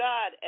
God